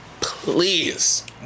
Please